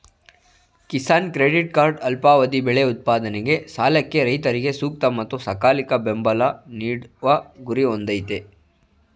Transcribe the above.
Kisan credit card ಅಲ್ಪಾವಧಿ ಬೆಳೆ ಉತ್ಪಾದನೆ ಸಾಲಕ್ಕೆ ರೈತರಿಗೆ ಸೂಕ್ತ ಮತ್ತು ಸಕಾಲಿಕ ಬೆಂಬಲ ನೀಡುವ ಗುರಿ ಹೊಂದಯ್ತೆ